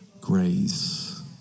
grace